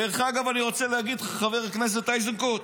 דרך אגב, אני רוצה להגיד לך, חבר הכנסת איזנקוט,